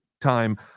time